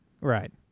Right